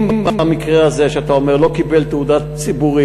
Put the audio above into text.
אם המקרה הזה שאתה אומר לא קיבל תהודה ציבורית,